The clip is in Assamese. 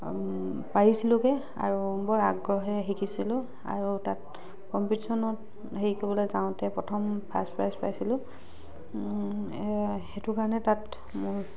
পাৰিছিলোগৈ আৰু বৰ আগ্ৰহেৰে শিকিছিলো আৰু তাত কম্পিটিশ্যনত হেৰি কৰিবলৈ যাওঁতে প্ৰথম ফাৰ্ষ্ট প্ৰাইজ পাইছিলো এ সেইটো কাৰণে তাত মোৰ